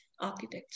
architecture